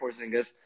Porzingis